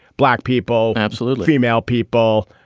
black people, absolutely. female people,